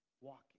walking